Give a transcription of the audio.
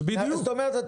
זאת אומרת,